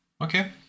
Okay